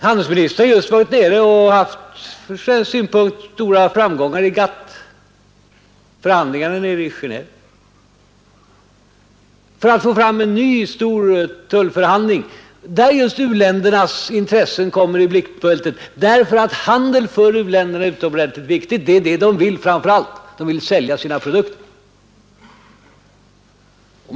Handelsministern har just varit nere i Genéve och haft ur svensk synpunkt stora framgångar vid GATT-förhandlingarna för att få fram en ny stor tullförhandling, där just u-ländernas intressen kommer i blickfältet, därför att handel för udänderna är utomordentligt viktigt. Det är det de vill framför allt. De vill sälja sina produkter.